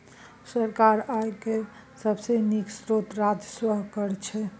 सरकारक आय केर सबसे नीक स्रोत राजस्व कर छै